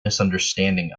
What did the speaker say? misunderstanding